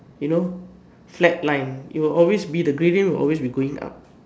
you know flat line it will always be the gradient will always be going up